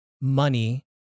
money